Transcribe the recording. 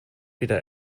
wieder